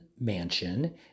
mansion